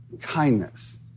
kindness